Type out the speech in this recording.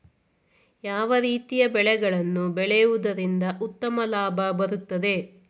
ಯಾವ ರೀತಿಯ ಬೆಳೆಗಳನ್ನು ಬೆಳೆಯುವುದರಿಂದ ಉತ್ತಮ ಲಾಭ ಬರುತ್ತದೆ?